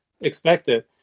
expected